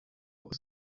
aus